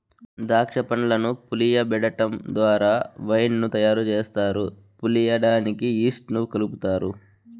దాక్ష పండ్లను పులియబెటడం ద్వారా వైన్ ను తయారు చేస్తారు, పులియడానికి ఈస్ట్ ను కలుపుతారు